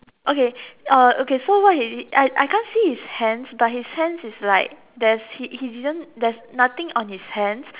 okay uh okay so what he's I I can't see his hands but his hands is like there's he he didn't there's nothing on his hands